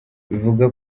bivugwa